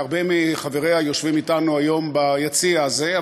שהרבה מחבריה יושבים אתנו היום ביציע הזה,